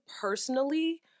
personally